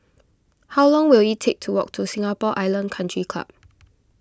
how long will it take to walk to Singapore Island Country Club